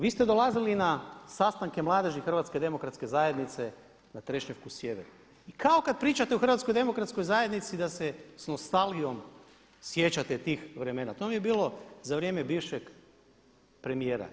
Vi ste dolazili na sastanke mladeži HDZ-a na Trešnjevku sjever i kao kada pričate u HDZ da se s nostalgijom sjećate tih vremena, to vam je bilo za vrijeme bivšeg premijer.